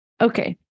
Okay